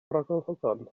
ragolygon